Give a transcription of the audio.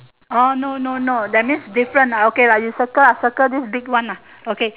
orh no no no that means different ah okay lah you circle you circle this big one ah okay